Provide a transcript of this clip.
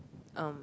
um